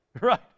Right